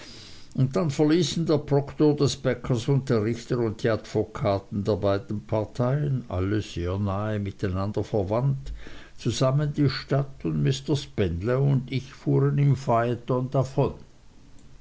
und dann verließen der proktor des bäckers und der richter und die advokaten der beiden parteien alle sehr nahe miteinander verwandt zusammen die stadt und mr spenlow und ich fuhren im